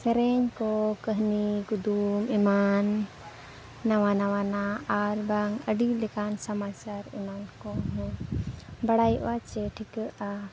ᱥᱮᱨᱮᱧ ᱠᱚ ᱠᱟᱹᱦᱱᱤ ᱠᱩᱫᱩᱢ ᱮᱢᱟᱱ ᱱᱟᱣᱟ ᱱᱟᱣᱟᱱᱟᱜ ᱟᱨᱵᱟᱝ ᱟᱹᱰᱤ ᱞᱮᱠᱟᱱᱟᱜ ᱥᱚᱢᱟᱪᱟᱨ ᱮᱢᱟᱱ ᱠᱚᱦᱚᱸ ᱵᱟᱲᱟᱭᱚᱜᱼᱟ ᱪᱮ ᱴᱷᱤᱠᱟᱹᱜᱼᱟ